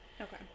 Okay